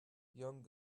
young